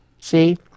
See